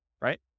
right